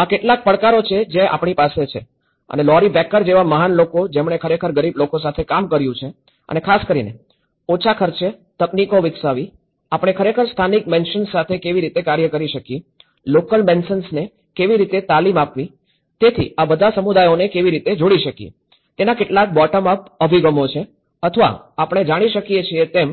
આ કેટલાક પડકારો છે જે આપણી પાસે છે અને લૌરી બેકર જેવા મહાન લોકો જેમણે ખરેખર ગરીબ લોકો સાથે કામ કર્યું છે અને ખાસ કરીને ઓછા ખર્ચે તકનીકો વિકસાવી આપણે ખરેખર સ્થાનિક મેસન્સ સાથે કેવી રીતે કાર્ય કરી શકીએ લોકલ મેસન્સને કેવી રીતે તાલીમ આપવી તેથી આ બધા સમુદાયોને કેવી રીતે જોડી શકીએ તેના કેટલાક બોટમ અપ અભિગમો છે અથવા આપણે જાણી શકીએ છીએ તેમ